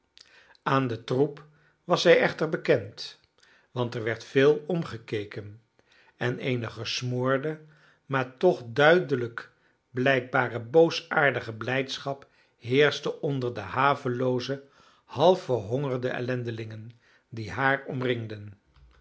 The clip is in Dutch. aan den troep was zij echter bekend want er werd veel omgekeken en eene gesmoorde maar toch duidelijk blijkbare boosaardige blijdschap heerschte onder de havelooze half verhongerde ellendelingen die haar omringden